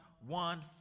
one